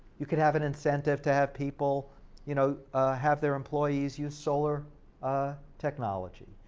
you could have an incentive to have people you know have their employees use solar technology.